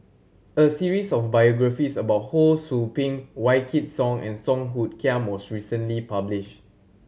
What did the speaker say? a series of biographies about Ho Sou Ping Wykidd Song and Song Hoot Kiam was recently published